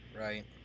Right